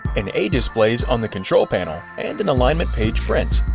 an a displays on the control panel and an alignment page prints.